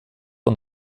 und